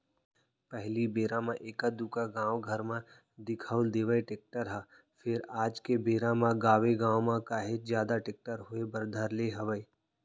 पहिली बेरा म एका दूका गाँव घर म दिखउल देवय टेक्टर ह फेर आज के बेरा म गाँवे गाँव म काहेच जादा टेक्टर होय बर धर ले हवय